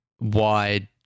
wide